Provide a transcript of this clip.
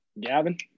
Gavin